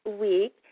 week